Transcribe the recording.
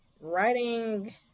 writing